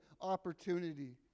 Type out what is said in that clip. opportunity